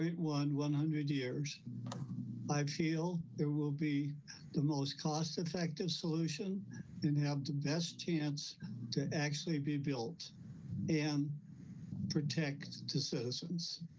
one one hundred years i feel it will be the most cost effective solution didn't have the best chance to actually be built in protect to citizens.